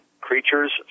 creature's